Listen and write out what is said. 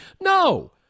No